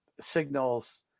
signals